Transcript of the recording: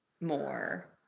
more